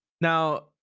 Now